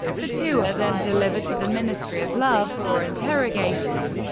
the two are then delivered to the ministry of love for interrogation.